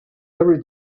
every